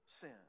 sin